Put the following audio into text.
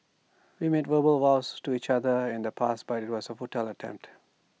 we made verbal vows to each other in the past but IT was A futile attempt